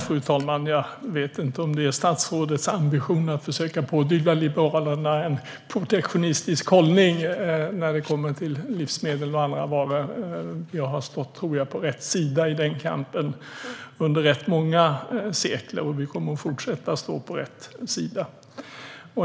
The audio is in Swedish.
Fru talman! Jag vet inte om det är statsrådets ambition att försöka pådyvla Liberalerna en protektionistisk hållning när det kommer till livsmedel och andra varor. Vi har nog stått på rätt sida i den kampen under rätt många sekler, och vi kommer att fortsätta stå på rätt sida.